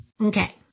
Okay